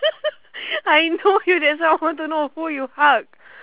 I know you that's why I want to know who you hug